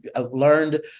learned